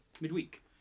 midweek